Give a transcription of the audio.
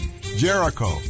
Jericho